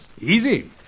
Easy